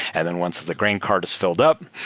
and then once the grain cart if filled up,